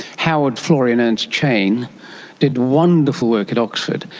howard florey and ernst chain did wonderful work at oxford,